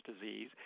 Disease